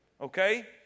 Okay